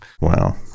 Wow